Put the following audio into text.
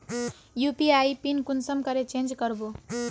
UPI PIN कुंसम करे change करबो?